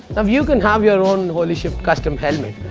um you can have your own holy shift custom helmet.